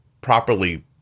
properly